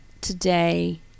today